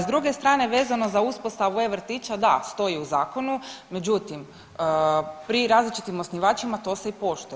S druge strane, vezano za uspostavu e-Vrtića, da, stoji u zakonu, međutim, pri različitim osnivačima to se i poštuje.